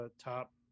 top